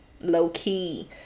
low-key